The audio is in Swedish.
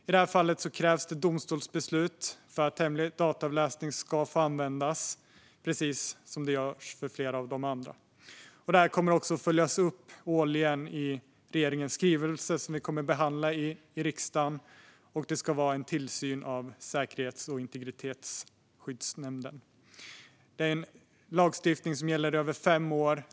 I det här fallet krävs domstolsbeslut för att hemlig dataavläsning ska få användas, precis som för flera av de andra tvångsmedlen. Det här kommer också att följas upp årligen i regeringens skrivelse, som vi kommer att behandla i riksdagen. Det ska vara en tillsyn av Säkerhets och integritetsskyddsnämnden. Lagstiftningen gäller under fem år.